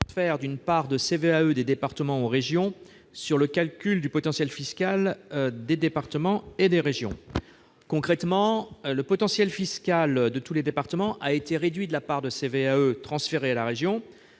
d'une part de CVAE des départements aux régions sur le calcul du potentiel fiscal des départements et des régions. Concrètement, le potentiel fiscal de tous les départements a été réduit de la part de la cotisation